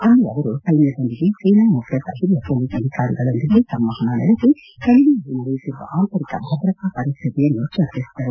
ಅಲ್ಲಿ ಅವರು ಸೈನ್ಯದೊಂದಿಗೆ ಸೇನಾ ಮುಖ್ಯಸ್ಥ ಹಿರಿಯ ಪೊಲೀಸ್ ಅಧಿಕಾರಿಗಳೊಂದಿಗೆ ಸಂವಹನ ನಡೆಸಿ ಕಣಿವೆಯಲ್ಲಿ ನಡೆಯುತ್ತಿರುವ ಆಂತರಿಕ ಭದ್ರತಾ ಪರಿಸ್ಥಿತಿಯನ್ನು ಚರ್ಚಿಸಿದರು